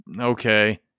okay